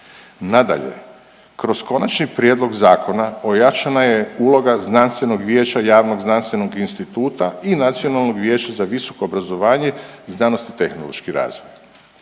Nadalje, kroz konačni prijedlog zakona ojačana je uloga znanstvenog vijeća javnog znanstvenog instituta i Nacionalnog vijeća za visoko obrazovanje, znanost i tehnološki razvoj.